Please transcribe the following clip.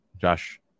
Josh